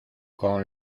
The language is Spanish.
con